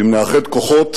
אם נאחד כוחות,